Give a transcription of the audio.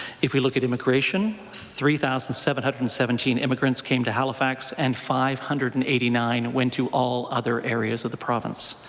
if we look at immigration, three thousand seven hundred and seventeen immigrants came to halifax and five hundred and eighty nine went to all other areas of the province.